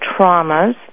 traumas